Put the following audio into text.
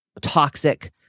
toxic